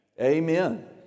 Amen